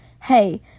Hey